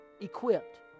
equipped